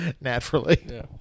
Naturally